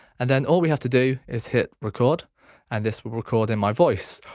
and then all we have to do is hit record and this will record in my voice.